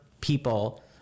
people